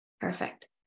Perfect